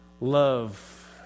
love